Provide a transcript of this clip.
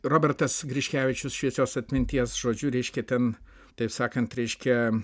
robertas griškevičius šviesios atminties žodžiu reiškia ten taip sakant reiškia